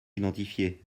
identifiées